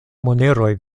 moneroj